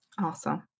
Awesome